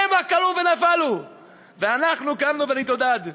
המה כרעו וגם נפלו ואנחנו קמנו ונתעודד.